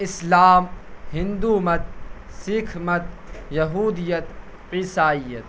اسلام ہندومت سکھ مت یہودیت عیسائیت